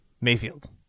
Mayfield